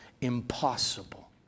impossible